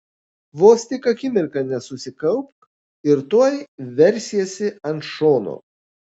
vos tik akimirką nesusikaupk ir tuoj versiesi ant šono